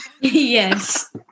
Yes